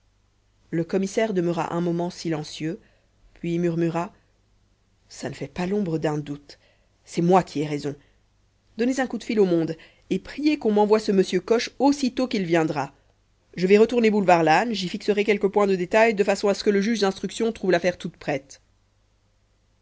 le commissaire demeura un moment silencieux puis murmura ça ne fait pas l'ombre d'un doute c'est moi qui ai raison donnez un coup de téléphone au monde et priez qu'on m'envoie ce monsieur coche aussitôt qu'il viendra je vais retourner boulevard lannes j'y fixerai quelques points de détail de façon à ce que le juge d'instruction trouve l'affaire toute prête